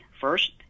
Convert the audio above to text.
first